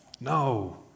No